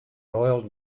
royal